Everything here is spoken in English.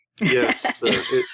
Yes